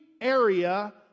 area